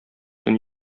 төн